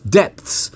depths